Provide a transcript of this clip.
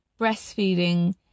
breastfeeding